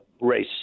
race